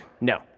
No